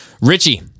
Richie